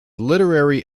literary